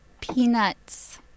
peanuts